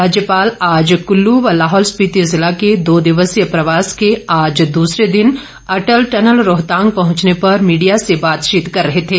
राज्यपाल आज कुल्लू व लाहौल स्पिति जिला के दो दिवसीय प्रवास के आज दूसरे दिन अटल टनल रोहतांग पहुंचने पर मीडिया से बातचीत कर रहे थे